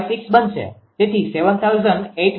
456 બનશે તેથી 7800 × 0